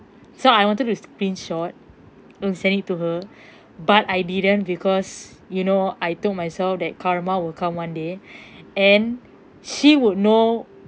so I wanted to screenshot and send it to her but I didn't because you know I told myself that karma will come one day and she would know